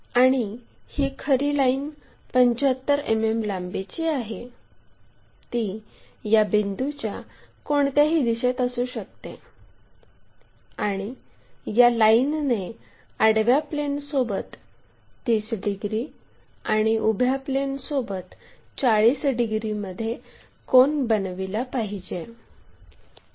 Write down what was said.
आणि ही खरी लाईन 75 मिमी लांबीची आहे ती या बिंदूच्या कोणत्याही दिशेत असू शकते आणि या लाईनने आडव्या प्लेनसोबत 30 डिग्री आणि उभ्या प्लेनसोबत 40 डिग्रीमध्ये कोन बनविला पाहिजे